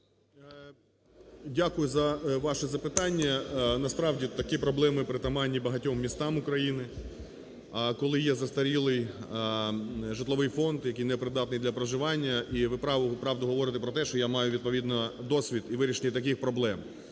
Дякую за ваше запитання. Насправді такі проблеми притаманні багатьом містам України, коли є застарілий житловий фонд, який не придатний для проживання, і ви правду говорите про те, що я маю відповідний досвід у вирішенні таких проблем.